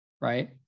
right